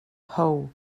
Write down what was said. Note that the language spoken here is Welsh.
how